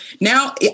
now